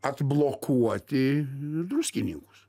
atblokuoti druskininkus